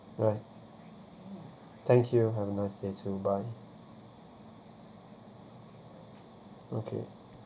alright thank you have a nice day too bye okay